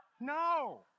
No